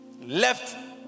Left